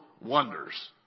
wonders